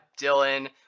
Dylan